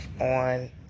on